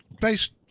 based